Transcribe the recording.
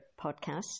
podcast